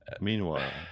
Meanwhile